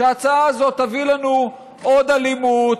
שההצעה הזאת תביא לנו עוד אלימות,